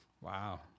Wow